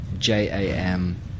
j-a-m